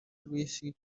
rw’isi